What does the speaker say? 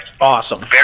awesome